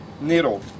Needle